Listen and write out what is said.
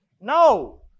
No